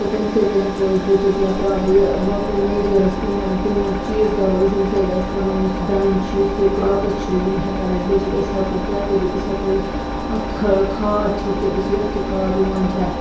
تہٕ تَمہِ سۭتۍ تہِ ہیٚکو أسۍ بٔچِتھ یا پرٛاب یہِ وۄنۍ کٕم میجٲرٕز کُمہٕ تِمہٕ چیٖز کَرو أسۍ ییٚمہِ سۭتۍ اَسہِ پَنُن یُس یہِ دانہِ چھُ یُس یہِ کرٛاپُس چھُ یِم ہیٚکان اَسہِ بٔچِتھ أسۍ ہیٚکو کیٛاہ کٔرِتھ أسۍ ہیٚکو أسۍ اَتھ کھ کھاد چھٔکِتھ أسۍ یۄس تہِ کھاد یِوان چھےٚ